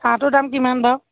হাঁহটো দাম কিমান বাৰু